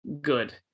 good